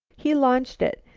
he launched it,